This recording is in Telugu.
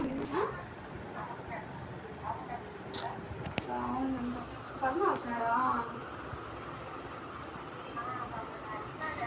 తక్కువ సమయంలో ఎక్కువ లాభాల్ని పొందడానికి డే ట్రేడింగ్ అనే పద్ధతిని వాడతారు